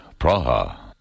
Praha